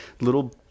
little